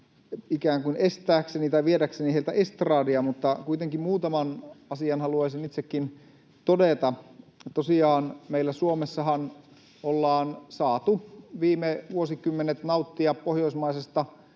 ikään kuin estääkseni tai viedäkseni heiltä estradia. Mutta kuitenkin muutaman asian haluaisin itsekin todeta. Tosiaan meillä Suomessahan ollaan saatu viime vuosikymmenet nauttia pohjoismaisesta